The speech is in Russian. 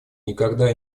никогда